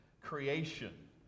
creation